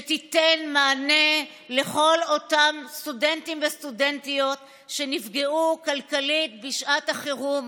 שתיתן מענה לכל אותם סטודנטים וסטודנטיות שנפגעו כלכלית בשעת החירום,